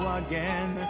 again